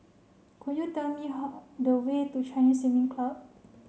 could you tell me the way to Chinese Swimming Club